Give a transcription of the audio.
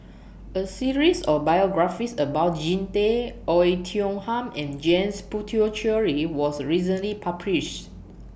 A series of biographies about Jean Tay Oei Tiong Ham and James Puthucheary was recently published